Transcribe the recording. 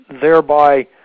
thereby